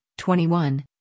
21